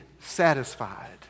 satisfied